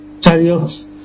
chariots